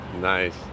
Nice